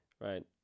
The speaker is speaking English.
right